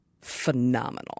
phenomenal